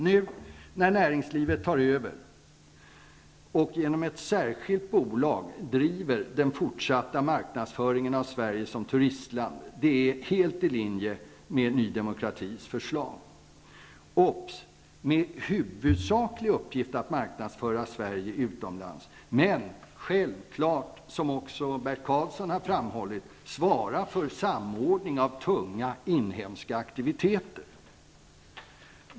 När nu näringslivet tar över och genom ett särskilt bolag driver den fortsatta marknadsföringen av Sverige som turistland är det helt i linje med Ny demokratis förslag. Observera att den huvudsakliga uppgiften är att marknadsföra Sverige utomlands, men att självklart, som också Bert Karlsson har framhållit, svara för samordningen av tunga inhemska aktiviteter.